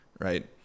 right